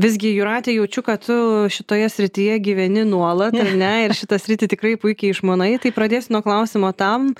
visgi jūrate jaučiu kad tu šitoje srityje gyveni nuolat ar ne ir šitą sritį tikrai puikiai išmanai tai pradėsiu nuo klausimo tam